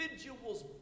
individual's